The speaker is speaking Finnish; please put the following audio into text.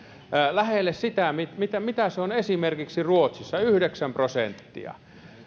lähelle sitä mitä mitä se on esimerkiksi ruotsissa yhdeksän prosenttia